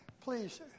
please